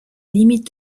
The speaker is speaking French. limite